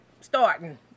starting